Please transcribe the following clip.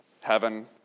heaven